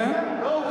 כן.